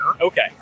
Okay